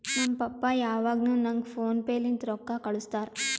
ನಮ್ ಪಪ್ಪಾ ಯಾವಾಗ್ನು ನಂಗ್ ಫೋನ್ ಪೇ ಲಿಂತೆ ರೊಕ್ಕಾ ಕಳ್ಸುತ್ತಾರ್